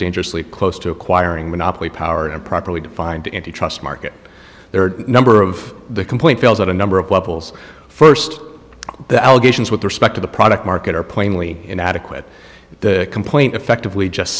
dangerously close to acquiring monopoly power in a properly defined antitrust market there are a number of the complaint fails on a number of levels first the allegations with respect to the product market are plainly inadequate the complaint effectively just